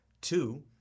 Two